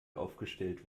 aufgestellt